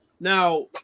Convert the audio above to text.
Now